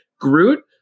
Groot